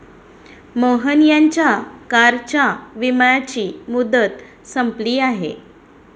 मोहन यांच्या कारच्या विम्याची मुदत संपली आहे